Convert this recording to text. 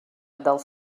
del